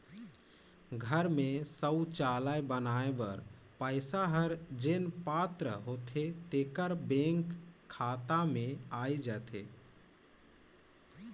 घर में सउचालय बनाए बर पइसा हर जेन पात्र होथे तेकर बेंक कर खाता में आए जाथे